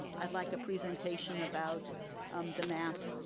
i'd like a presentation about um the math,